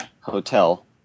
hotel